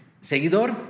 seguidor